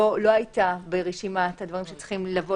לא היתה ברשימת הדברים שצריכים לבוא